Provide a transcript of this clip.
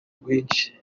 rwinshi